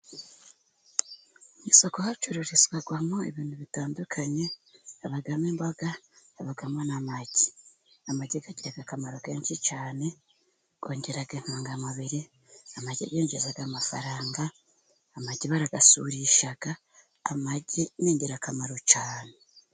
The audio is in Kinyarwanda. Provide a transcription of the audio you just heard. Isoko hacururizwamo ibintu bitandukanye habamo imboga habamo n'amagi. Amagi agira akamaro kenshi cyane yongera intungamubiri, amagi yinjiza amafaranga amagi barayasurisha, amagi ni ingirakamaro cyane.